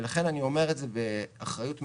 לכן אני אומר את זה באחריות מלאה,